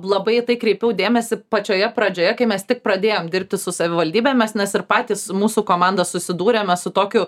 labai į tai kreipiau dėmesį pačioje pradžioje kai mes tik pradėjom dirbti su savivaldybėm mes nes ir patys mūsų komanda susidūrėme su tokiu